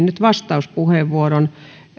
nyt vastauspuheenvuoron